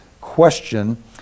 question